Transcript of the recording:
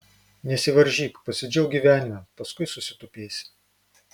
nesivaržyk pasidžiauk gyvenimu paskui susitupėsi